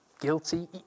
guilty